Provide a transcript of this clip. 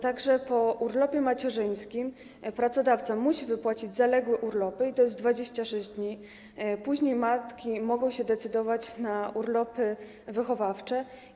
Także po urlopie macierzyńskim pracodawca musi wypłacić należność za zaległe urlopy, i to jest 26 dni, później matki mogą się decydować na urlopy wychowawcze.